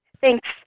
Thanks